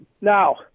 now